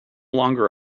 longer